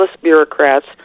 bureaucrats